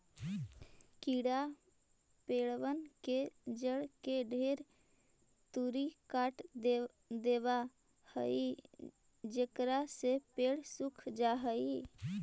कीड़ा पेड़बन के जड़ के ढेर तुरी काट देबा हई जेकरा से पेड़ सूख जा हई